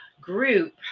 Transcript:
group